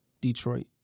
Detroit